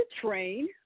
train